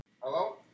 Hello